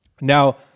now